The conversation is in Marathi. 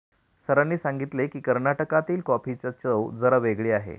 सरांनी सांगितले की, कर्नाटकातील कॉफीची चव जरा वेगळी आहे